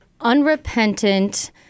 unrepentant